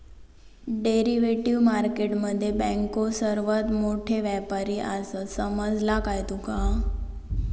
Derivative market मध्ये बँको सर्वात मोठे व्यापारी आसात, समजला काय तुका?